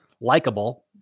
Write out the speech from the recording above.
likable